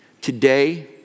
today